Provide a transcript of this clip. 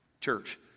Church